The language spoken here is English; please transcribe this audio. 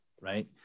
right